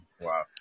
wow